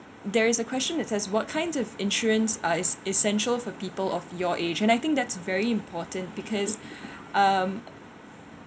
there is a question that says what kinds of insurance are is essential for people of your age and I think that's very important because um